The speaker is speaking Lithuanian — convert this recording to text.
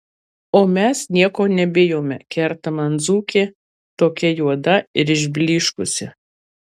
o mes nieko nebijome kerta man dzūkė tokia juoda ir išblyškusi